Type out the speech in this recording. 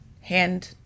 hand